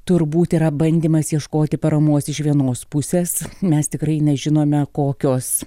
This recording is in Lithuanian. turbūt yra bandymas ieškoti paramos iš vienos pusės mes tikrai nežinome kokios